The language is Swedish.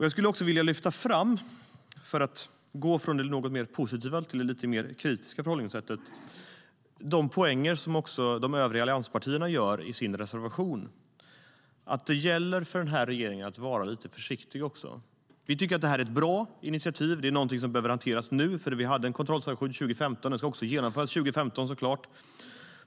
Jag vill också lyfta fram, för att gå från det positiva till det mer kritiska förhållningssättet, de poänger som de övriga allianspartierna gör i sin reservation. Det gäller för den här regeringen att vara lite försiktig. Vi tycker att det här är ett bra initiativ. Det behöver hanteras nu. Vi hade nämligen en kontrollstation till 2015. Den ska såklart genomföras under 2015.